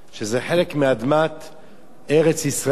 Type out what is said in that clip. שזה חלק מאדמת ארץ-ישראל,